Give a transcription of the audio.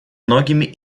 многими